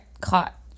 caught